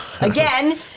Again